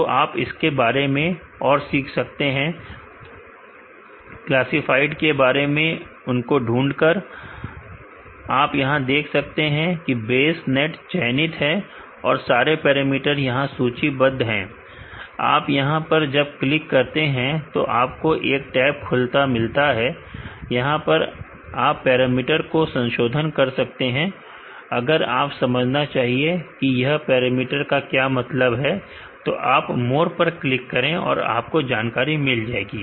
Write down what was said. दो आप इसके बारे में और सीख सकते हैं अरे क्लासफाइड के बारे में उनको ढूंढ कर आप यहां देख सकते हैं कि वेइस नेट चायनीत है और सारे पैरामीटर यहां सूचीबद्ध हैं आप यहां पर जब क्लिक करते हैं तो आपको एक टैब खुलता मिलेगा यहां आप पैरामीटर में संशोधन कर सकते हैं अगर आप यह समझना चाहिए कि यह पैरामीटर का क्या मतलब है तो आप मोर पर क्लिक करें आपको और जानकारी मिल जाएगा